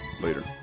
Later